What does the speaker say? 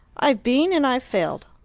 i've been and i've failed.